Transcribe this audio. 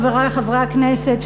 חברי חברי הכנסת,